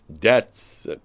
debts